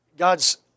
God's